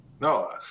No